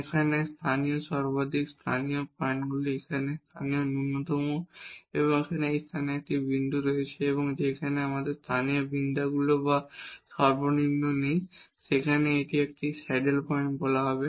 এখানে local maxima পয়েন্টগুলি এখানে লোকাল মিনিমা এবং এখানে এই স্থানে একটি বিন্দু রয়েছে যেখানে আমাদের লোকাল ম্যাক্সিমা বা মিনিমাম নেই এবং তারপর এটি একটি স্যাডল পয়েন্ট বলা হবে